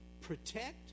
protect